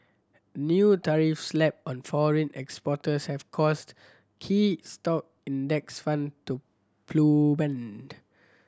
new tariffs slapped on foreign exporters have caused key stock index fund to